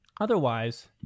otherwise